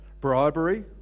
bribery